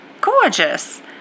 Gorgeous